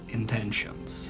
intentions